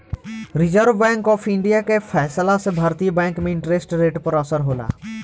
reserve bank of India के फैसला से भारतीय बैंक में इंटरेस्ट रेट पर असर होला